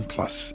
Plus